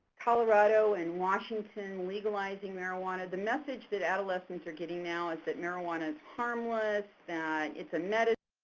colorado and washington legalizing marijuana. the message that adolescents are getting now is that marijuana is harmless, that it's a medicine,